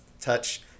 touch